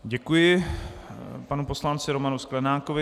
Děkuji panu poslanci Romanu Sklenákovi.